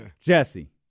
Jesse